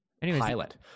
Pilot